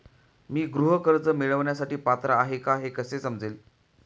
मी गृह कर्ज मिळवण्यासाठी पात्र आहे का हे कसे समजेल?